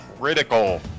critical